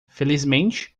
felizmente